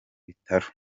bitaro